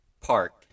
park